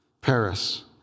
Paris